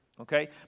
Okay